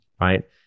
right